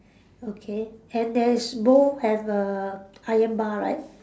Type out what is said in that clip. okay and there is both have a iron bar right